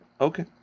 Okay